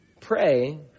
pray